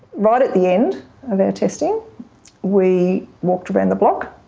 right at the end of our testing we walked around the block,